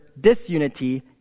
disunity